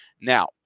Now